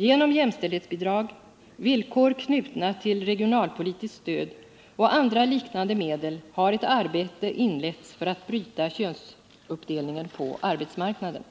Genom jämställdhetsbidrag, villkor knutna till regionalpolitiskt stöd och andra liknande medel har ett arbete inletts för att bryta könsuppdelningen på arbetsmarknaden.